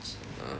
err